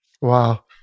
Wow